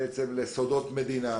לסודות מדינה